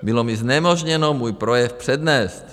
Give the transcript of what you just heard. Bylo mi znemožněno můj projev přednést.